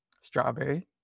Strawberry